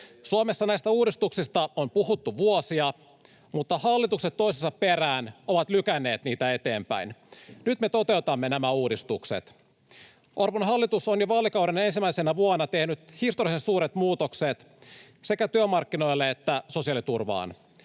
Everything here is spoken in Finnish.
Suomessa näistä uudistuksista on puhuttu vuosia, mutta hallitukset toisensa perään ovat lykänneet niitä eteenpäin. Nyt me toteutamme nämä uudistukset. Orpon hallitus on jo vaalikauden ensimmäisenä vuonna tehnyt historiallisen suuret muutokset sekä työmarkkinoille että sosiaaliturvaan.